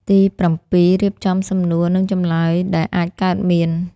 ទីប្រាំពីរ រៀបចំសំណួរ និងចម្លើយដែលអាចកើតមាន។